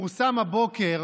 פורסם הבוקר